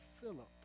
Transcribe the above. Philip